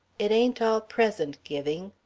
it ain't all present giving.